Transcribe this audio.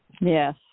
Yes